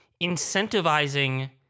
incentivizing